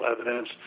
evidence